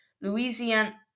Louisiana